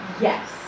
yes